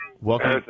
Welcome